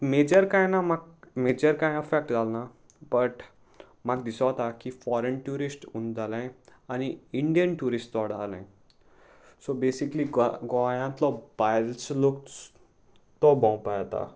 major कांय ना म्हाका मेजर कांय अफेक्ट जाले ना बट म्हाका दिसोता की फोरेन ट्युरिस्ट उणो जालें आनी इंडियन ट्युरिस्ट चोडा जालें सो बेसिकली गो गोंयांतलो भायलचो लोक तो भोंवपा येता